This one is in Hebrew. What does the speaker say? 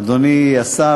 אדוני השר,